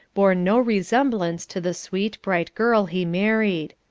bore no resemblance to the sweet, bright girl, he married.